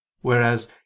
whereas